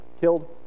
killed